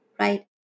right